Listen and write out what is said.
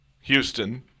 Houston